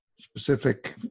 specific